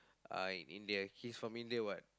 uh in India he's from India what